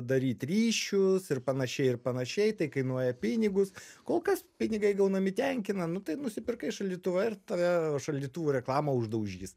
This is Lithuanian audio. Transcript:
daryt ryšius ir panašiai ir panašiai tai kainuoja pinigus kol kas pinigai gaunami tenkina nu tai nusipirkai šaldytuvą ir tave šaldytuvų reklama uždaužys